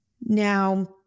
Now